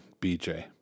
BJ